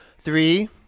Three